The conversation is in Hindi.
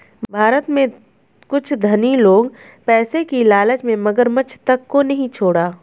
भारत में कुछ धनी लोग पैसे की लालच में मगरमच्छ तक को नहीं छोड़ा